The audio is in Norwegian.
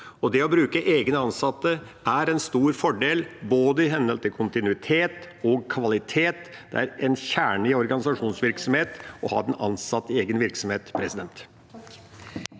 Det å bruke egne ansatte er en stor fordel, med hensyn til både kontinuitet og kvalitet. Det er en kjerne i en organisasjonsvirksomhet å ha egne ansatte i egen virksomhet. Presidenten